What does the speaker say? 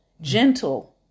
gentle